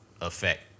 effect